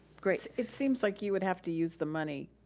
great. it seems like you would have to use the money